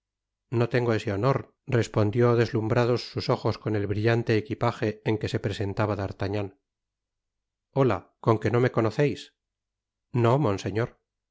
no tengo ese honor respondió deslumbrados sus ojos con el brillante equipaje en que se presentaba d'artagnan ola con qué uo me conoceis no monseñor